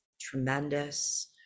tremendous